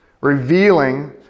revealing